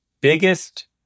biggest